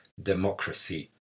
Democracy